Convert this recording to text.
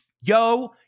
Yo